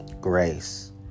grace